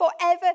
forever